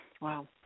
Wow